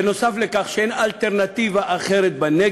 נוסף על כך שאין אלטרנטיבה בנגב.